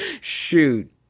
Shoot